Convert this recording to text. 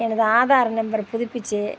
எனது ஆதார் நம்பர் புதுப்பிச்சு